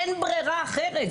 אין ברירה אחרת.